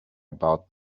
about